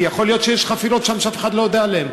כי יכול להיות שיש שם חפירות שאף אחד לא יודע עליהן.